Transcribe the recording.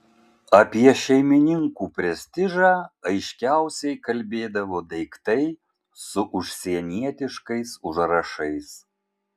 apie šeimininkų prestižą aiškiausiai kalbėdavo daiktai su užsienietiškais užrašais